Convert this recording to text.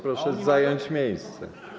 Proszę zająć miejsce.